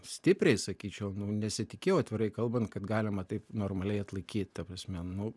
stipriai sakyčiau nu nesitikėjau atvirai kalbant kad galima taip normaliai atlaikyt ta prasme nu